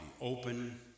open